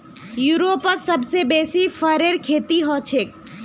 यूरोपत सबसे बेसी फरेर खेती हछेक